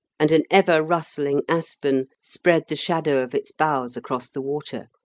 and an ever-rustling aspen spread the shadow of its boughs across the water.